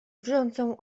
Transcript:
wrzącą